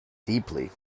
deeply